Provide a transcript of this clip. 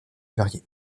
varié